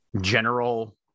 general